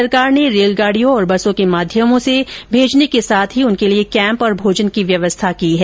सरकार ने ट्रेनों और बसों के माध्यम से भेजने के साथ ही उनके लिए कैम्प और भोजन की व्यवस्था की है